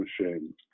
machine